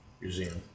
Museum